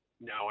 No